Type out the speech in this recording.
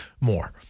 more